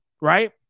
right